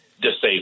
disabled